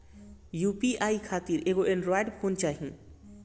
UPI खातिर एगो Android phone चाही